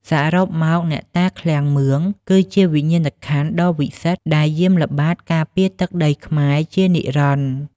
សរុបមក អ្នកតាឃ្លាំងមឿង គឺជាវិញ្ញាណក្ខន្ធដ៏វិសិទ្ធដែលយាមល្បាតការពារទឹកដីខ្មែរជានិរន្តរ៍។